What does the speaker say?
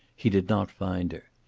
he did not find her.